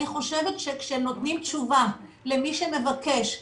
אני חושבת שכאשר נותנים תשובה למי שמבקש,